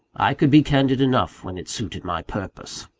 i could be candid enough when it suited my purpose!